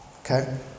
Okay